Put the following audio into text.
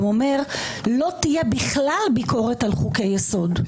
אומר שלא תהיה בכלל ביקורת על חוקי יסוד.